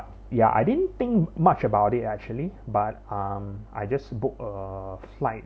ya I didn't think much about it actually but um I just booked a flight